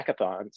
hackathons